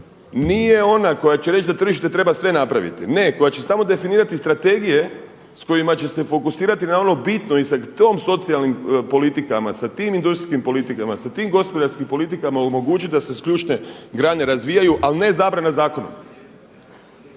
nije ona koja će reći da tržište treba sve napraviti, ne koja će samo definirati strategije s kojima će se fokusirati na ono bitno i sa tim socijalnim politikama, sa tim industrijskim politikama, sa tim gospodarskim politikama omogućiti da se i ključne grane razvijaju, ali ne zabrana zakonom.